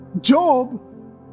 Job